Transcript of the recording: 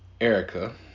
erica